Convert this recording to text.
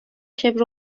کبر